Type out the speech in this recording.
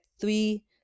three